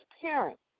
parents